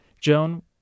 Joan